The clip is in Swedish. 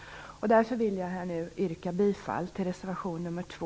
Jag vill därför nu yrka bifall till reservation nr 2